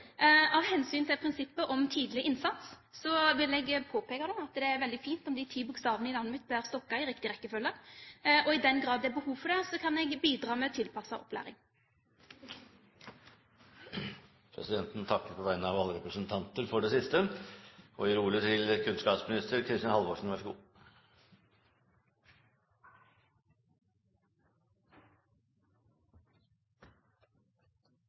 Av hensyn til prinsippet om tidlig innsats vil jeg påpeke at det er veldig fint om de ti bokstavene i navnet mitt blir stokket i riktig rekkefølge. I den grad det er behov for det, kan jeg bidra med tilpasset opplæring! Presidenten takker på vegne av alle representantene for det siste!